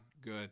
good